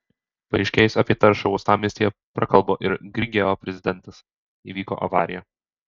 paaiškėjus apie taršą uostamiestyje prakalbo ir grigeo prezidentas įvyko avarija